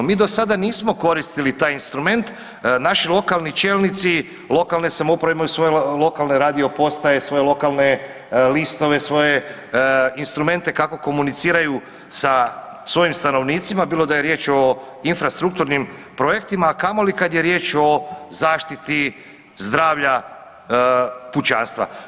Mi do sada nismo koristili taj instrument, naši lokalni čelnici, lokalne samouprave imaju svoje lokalne radio postaje, svoje lokalne listove, svoje instrumente kako komuniciraju sa svojim stanovnicima, bilo da je riječ o infrastrukturnim projektima a kamoli kad je riječ o zaštiti zdravlja pučanstva.